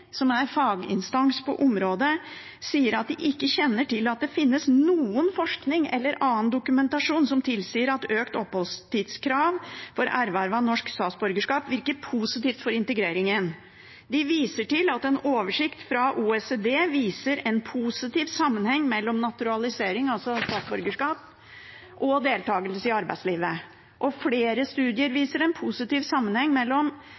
som er faginstans på området, sier at de ikke kjenner til at det «finnes forskning eller annen dokumentasjon som tilsier at et økt oppholdstidskrav for erverv av norsk statsborgerskap virker positivt for integreringen. IMDi viser også til en oversikt fra OECD som viser en positiv sammenheng mellom naturalisering» – altså statsborgerskap – «og deltakelse i arbeidslivet og flere studier som viser en positiv sammenheng